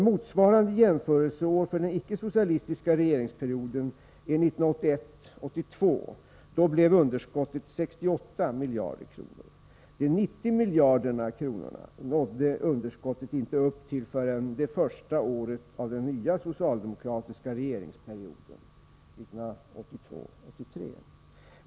Motsvarande jämförelseår för den icke-socialistiska regeringsperioden är 1981 83.